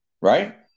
Right